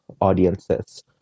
audiences